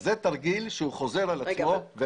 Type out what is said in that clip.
אז זה תרגיל שחוזר על עצמו.